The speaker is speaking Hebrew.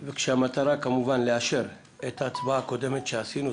כאשר המטרה היא כמובן לאשר את ההצבעה הקודמת שעשינו,